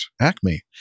Acme